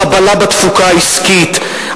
החבלה בתפוקה העסקית,